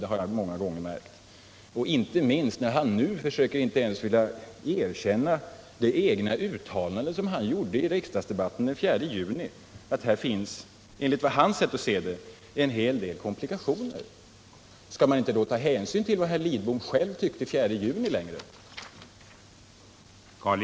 Det har jag många gånger märkt, inte minst när han nu inte ens vill erkänna det uttalande som han själv gjorde i riksdagsdebatten den 4 juni, nämligen att här finns — enligt herr Lidboms sätt att se — en hel del komplikationer. Skall man då inte längre ta hänsyn till vad herr Lidbom själv tyckte den 4 juni?